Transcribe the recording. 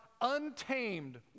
untamed